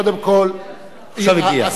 עכשיו הגיע.